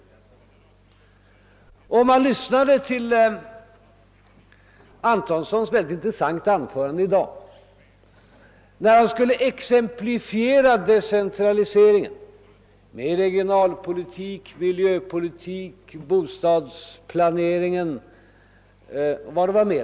Herr Antonsson exemplifierade i sitt mycket intressanta anförande i dag önskemålen om decentralisering inom regionalpolitik, miljöpolitik, bostadsplanering o.s. v.